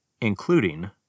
including